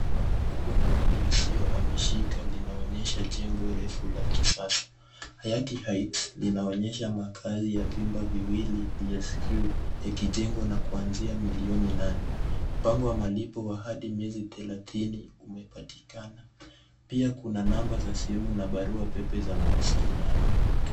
Bango kubwa la mali isiyohamishika, linaonyesha jengo refu la kisasa. Hayat Heights, linaonyesha makazi ya vyumba viwili, DSQ, yakijengwa na kuanzia milioni nane. Mpango wa malipo wa hadi miezi thelathini umepatikana. Pia kuna namba za simu na barua pepe za mawasiliano.